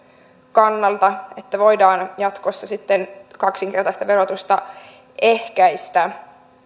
kannalta että voidaan sitten jatkossa kaksinkertaista verotusta ehkäistä